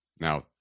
Now